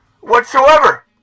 Whatsoever